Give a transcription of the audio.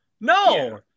No